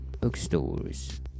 bookstores